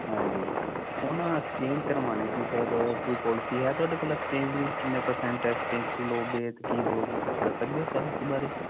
ਹਾਂਜੀ ਉਹ ਨਾ ਐਕਸਚੇਂਜ ਕਰਵਾਣੇ ਸੀ ਸਰ ਕੋਈ ਪੋਲਸੀ ਹੈ ਤੁਹਾਡੇ ਕੋਲ ਐਕਸਚੇਂਜ ਦੀ ਕਿੰਨੇ ਪਰਸੈਂਟ ਐਕਸਚੇਂਜ ਚ ਲਓਗੇ ਤੇ ਕੀ ਦਿਓਗੇ ਕੁਛ ਦੱਸ ਸਕਦੇ ਓ ਸਰ ਇਸ ਬਾਰੇ